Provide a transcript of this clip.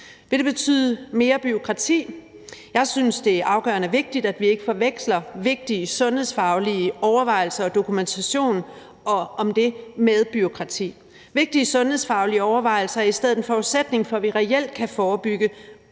Vil det betyde mere bureaukrati? Jeg synes, det er afgørende vigtigt, at vi ikke forveksler vigtige sundhedsfaglige overvejelser og dokumentationen af dem med bureaukrati. Vigtige sundhedsfaglige overvejelser er i stedet en forudsætning for, at vi reelt kan forebygge